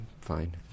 Fine